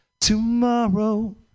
tomorrow